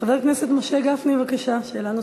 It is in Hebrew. חבר הכנסת משה גפני, בבקשה, שאלה נוספת.